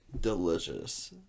delicious